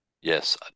Yes